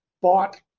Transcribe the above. bought